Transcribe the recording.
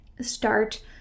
start